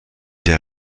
der